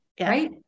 right